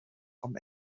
vom